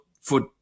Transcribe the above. foot